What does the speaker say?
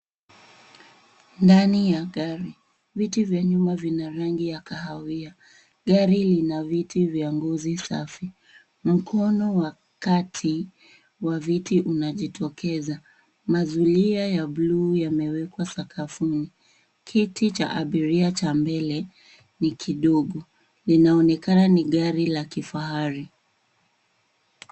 Ndani ya gari. Viti vya nyuma vina rangi ya kahawia. Gari hili lina viti vya ngozi safi. Mkono wa kati wa viti unajitokeza. Mazulia ya buluu yamewekwa sakafuni. Kiti cha abiria cha mbele ni kidogo. Linaonekana ni gari la kifahari.